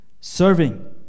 serving